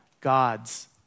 God's